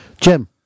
Jim